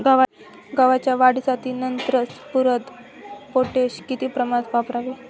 गव्हाच्या वाढीसाठी नत्र, स्फुरद, पोटॅश किती प्रमाणात वापरावे?